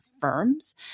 firms